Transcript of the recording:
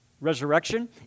resurrection